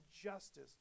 justice